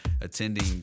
attending